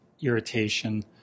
irritation